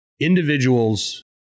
individuals